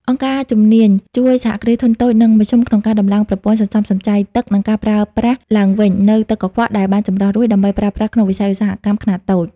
អង្គការជំនាញជួយ សហគ្រាសធុនតូច និងមធ្យម ក្នុងការដំឡើងប្រព័ន្ធសន្សំសំចៃទឹក និងការប្រើប្រាស់ឡើងវិញនូវទឹកកខ្វក់ដែលបានចម្រោះរួច ដើម្បីប្រើប្រាស់ក្នុងវិស័យឧស្សាហកម្មខ្នាតតូច។